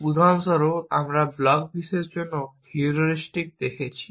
উদাহরণস্বরূপ আমরা ব্লক বিশ্বের জন্য হিউরিস্টিক দেখেছি